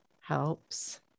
helps